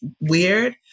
weird